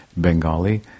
Bengali